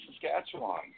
Saskatchewan